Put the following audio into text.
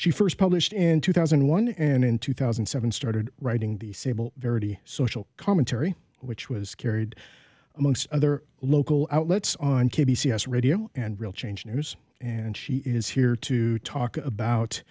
she first published in two thousand and one and in two thousand and seven started writing the sable verity social commentary which was carried amongst other local outlets on k b c s radio and real change news and she is here to talk about